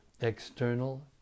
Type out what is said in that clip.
external